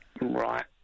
Right